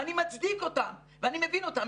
ואני מצדיק אותם ואני מבין אותם,